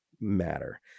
matter